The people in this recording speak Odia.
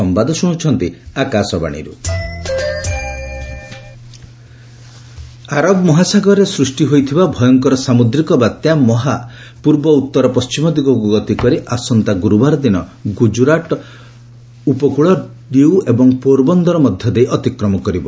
ସାଇକ୍ଲୋନ୍ ଆରବ ସାଗରରେ ସୃଷ୍ଟି ହୋଇଥିବା ଭୟଙ୍କର ସାମୁଦ୍ରିକ ବାତ୍ୟା 'ମହା' ପୂର୍ବ ଉତ୍ତର ପଶ୍ଚିମ ଦିଗକୁ ଗତି କରି ଆସନ୍ତା ଗୁରୁବାର ଦିନ ଗୁଜରାଟ ଉପକଳ ଡିୟୁ ଏବଂ ପୋର ବନ୍ଦର ମଧ୍ୟ ଦେଇ ଅତିକ୍ରମ କରିବ